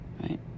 right